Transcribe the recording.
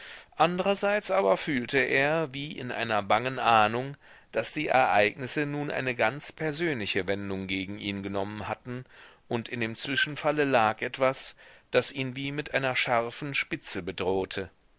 andrerseits aber fühlte er wie in einer bangen ahnung daß die ereignisse nun eine ganz persönliche wendung gegen ihn genommen hatten und in dem zwischenfalle lag etwas das ihn wie mit einer scharfen spitze bedrohte